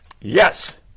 Yes